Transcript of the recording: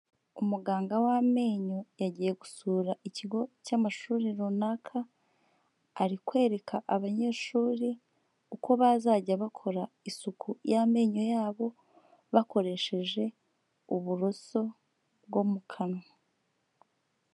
Umuganga w'amenyo yagiye gusura ikigo cy'amashuri runaka, ari kwereka abanyeshuri uko bazajya bakora isuku y'amenyo yabo bakoresheje uburoso bwo mu kanwa.